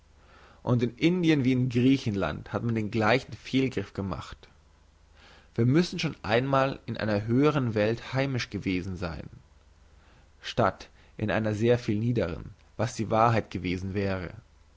und in indien wie in griechenland hat man den gleichen fehlgriff gemacht wir müssen schon einmal in einer höheren welt heimisch gewesen sein statt in einer sehr viel niederen was die wahrheit gewesen wäre